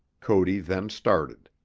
cody then started.